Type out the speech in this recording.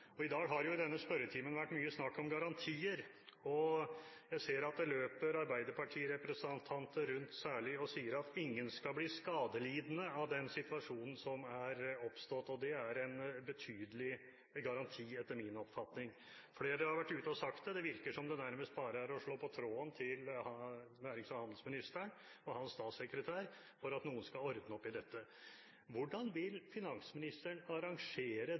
I dag har det i denne spørretimen vært mye snakk om garantier, og jeg ser at det særlig løper arbeiderpartirepresentanter rundt og sier at ingen skal bli skadelidende av den situasjonen som er oppstått. Det er en betydelig garanti, etter min oppfatning. Flere har vært ute og sagt det. Det virker som om det nærmest bare er å slå på tråden til nærings- og handelsministeren og hans statssekretær for at noen skal ordne opp i dette. Hvordan vil finansministeren i praksis arrangere